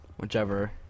whichever